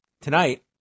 tonight